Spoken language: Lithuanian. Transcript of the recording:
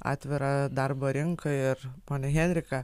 atvirą darbo rinką ir ponią henriką